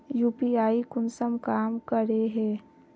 UPI कुंसम काम करे है?